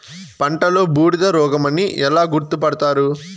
పంటలో బూడిద రోగమని ఎలా గుర్తుపడతారు?